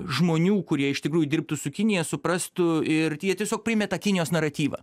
žmonių kurie iš tikrųjų dirbtų su kinija suprastų ir tie tiesiog primeta kinijos naratyvą